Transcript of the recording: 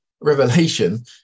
revelation